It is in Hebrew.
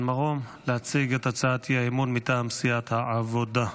מרום להציג את הצעת האי-אמון מטעם סיעת העבודה.